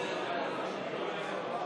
ההסתייגויות.